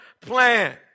plan